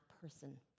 person